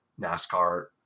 NASCAR